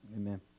Amen